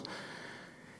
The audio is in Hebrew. אבל זה קורה בסיעוד,